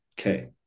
okay